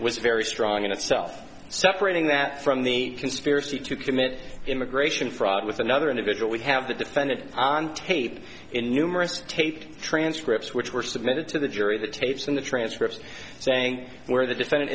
was very strong in itself separating that from the conspiracy to commit immigration fraud with another individual we have the defendant on tape in new tape transcripts which were submitted to the jury the tapes in the transcripts saying where the defendant